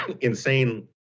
insane